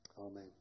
Amen